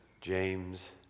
James